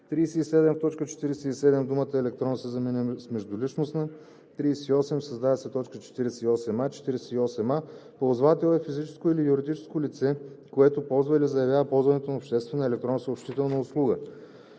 т. 47 думата „електронна“ се заменя с „междуличностна“. 38. Създава се т. 48а: „48а. „Ползвател“ е физическо или юридическо лице, което ползва или заявява ползване на обществена електронна съобщителна услуга.“